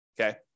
okay